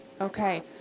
Okay